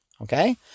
Okay